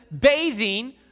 bathing